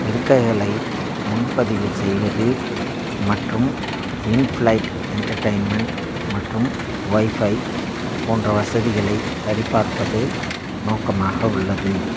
இருக்கைகளை முன்பதிவு செய்வது மற்றும் இன்ஃப்ளைட் என்டர்டெயின்மெண்ட் மற்றும் ஒய்ஃபை போன்ற வசதிகளைச் சரிபார்ப்பது நோக்கமாக உள்ளது